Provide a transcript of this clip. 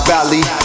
Valley